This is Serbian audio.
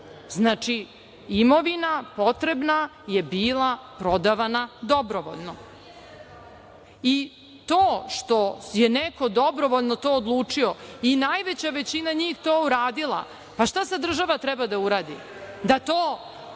slučaj. Znači, imovina potrebna je bila prodavana dobrovoljno. To što je neko dobrovoljno to odlučio i najveća većina njih to uradila, pa šta sad država treba da uradi? Da to